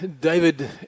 David